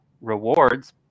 Rewards